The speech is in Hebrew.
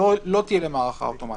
לא תהיה להם הארכה אוטומטית.